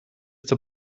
zur